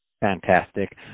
Fantastic